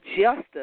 justice